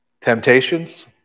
temptations